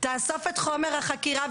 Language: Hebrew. בעצם מצפצף על הרשות המחוקקת.